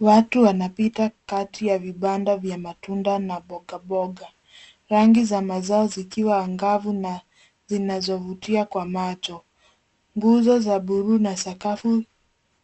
Watu wanapita kati ya vibanda vya matunda na mbogamboga rangi za mazao zikiwa angavu na zinazovutia kwa macho. Nguzo za buluu na sakafu